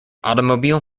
automobile